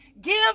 Give